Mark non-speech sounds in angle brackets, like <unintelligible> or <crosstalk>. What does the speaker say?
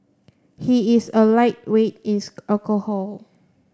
he is a lightweight in <unintelligible> alcohol